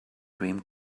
dream